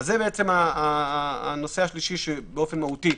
זה הנושא השלישי שבאופן מהותי